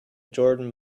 jordan